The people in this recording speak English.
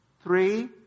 three